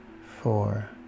four